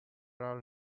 are